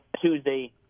Tuesday